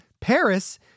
Paris